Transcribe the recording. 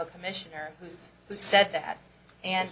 a commissioner who's who said that and